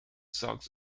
sox